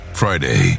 Friday